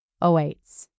awaits